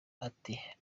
ati